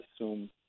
assume